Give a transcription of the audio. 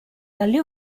dalle